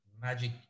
magic